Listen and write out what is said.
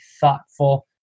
thoughtful